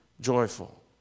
joyful